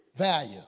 Value